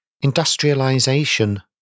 industrialization